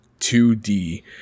2d